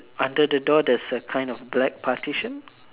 under the door there's a kind of black partition